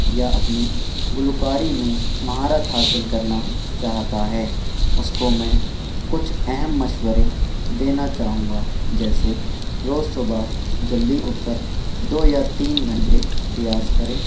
یا اپنی گلوکاری میں مہارت حاصل کرنا چاہتا ہے اس کو میں کچھ اہم مشورے دینا چاہوں گا جیسے روز صبح جلدی اٹھ کر دو یا تین گھنٹے ریاض کرے